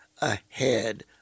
ahead